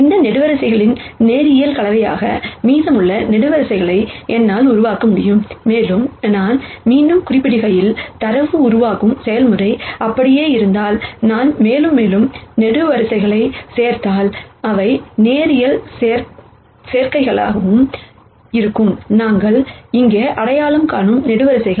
இந்த காலம்கள் linear combination மீதமுள்ள காலம்கள் என்னால் உருவாக்க முடியும் மேலும் நான் மீண்டும் குறிப்பிடுகையில் தரவு உருவாக்கம் செயல்முறை அப்படியே இருந்தால் நான் மேலும் மேலும் காலம்கள் சேர்த்தால் அவை லீனியர் காம்பினேஷன் இருக்கும் நாங்கள் இங்கே அடையாளம் காணும் காலம்கள்